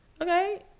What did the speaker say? Okay